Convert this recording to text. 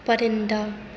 پرندہ